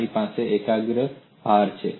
મારી પાસે એકાગ્ર ભાર છે